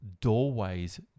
doorways